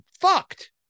fucked